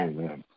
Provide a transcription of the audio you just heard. Amen